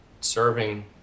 serving